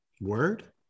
Word